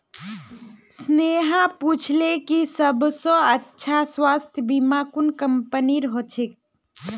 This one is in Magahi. स्नेहा पूछले कि सबस अच्छा स्वास्थ्य बीमा कुन कंपनीर ह छेक